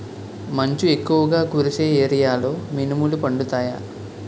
మంచు ఎక్కువుగా కురిసే ఏరియాలో మినుములు పండుతాయా?